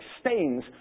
stains